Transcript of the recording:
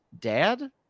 dad